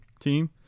team